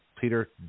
Peter